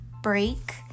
break